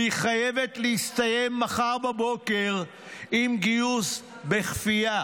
והיא חייבת להסתיים מחר בבוקר עם גיוס בכפייה,